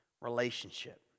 relationship